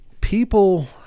people